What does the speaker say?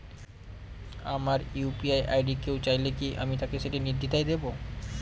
আমার UPI ID কেউ চাইলে কি আমি তাকে সেটি নির্দ্বিধায় দেব?